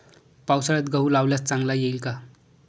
पावसाळ्यात गहू लावल्यास चांगला येईल का?